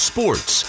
Sports